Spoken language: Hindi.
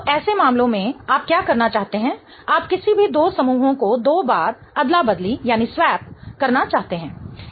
तो ऐसे मामलों में आप क्या करना चाहते हैं आप किसी भी दो समूहों को दो बार अदला बदली स्वैप करना चाहते हैं